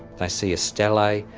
they see a stela,